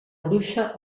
bruixa